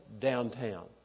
downtown